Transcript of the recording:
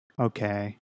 okay